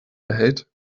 erhält